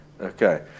Okay